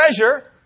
treasure